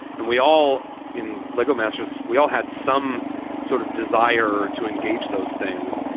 and we all in lego masters, we all had some sort of desire to engage those things.